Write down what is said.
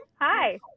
Hi